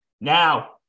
Now